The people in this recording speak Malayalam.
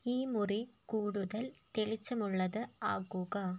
ഈ മുറി കൂടുതൽ തെളിച്ചമുള്ളത് ആക്കുക